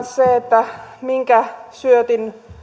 se minkä syötin